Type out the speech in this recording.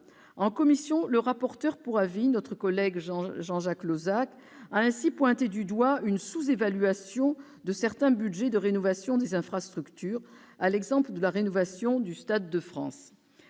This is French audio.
En commission, le rapporteur pour avis, notre collègue Jean-Jacques Lozach, a ainsi pointé du doigt une sous-évaluation de certains budgets de rénovation des infrastructures, à l'exemple de la rénovation du Stade de France.